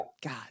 god